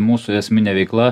mūsų esminė veikla